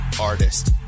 artist